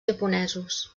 japonesos